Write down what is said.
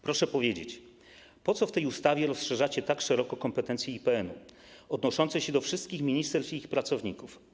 Proszę powiedzieć: Po co w tej ustawie rozszerzacie tak bardzo kompetencje IPN-u odnoszące się do wszystkich ministerstw i ich pracowników?